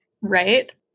Right